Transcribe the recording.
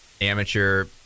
amateur